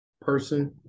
person